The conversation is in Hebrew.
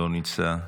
לא נמצא,